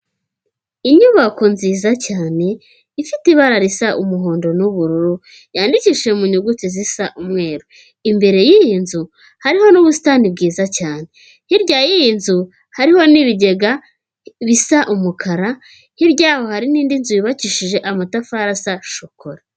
Inyubako nziza cyane ifite ibara risa umuhondo n'ubururu yandikishije mu nyuguti zisa umweru, imbere y'iyi nzu hariho n'ubusitani bwiza cyane, hirya y'iyi nzu hariho n'ibigega bisa umukara hirya yaho hari n'indi nzu yubakishije amatafari asa shokora.